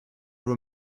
were